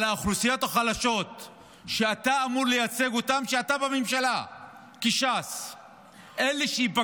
אבל האוכלוסיות החלשות שאתה אמור לייצג כשאתה בממשלה כש"ס ייפגעו,